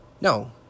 no